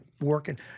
working